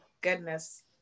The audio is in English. goodness